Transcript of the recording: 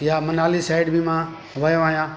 या मनाली साइड बि मां वियो आहियां